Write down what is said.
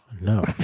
No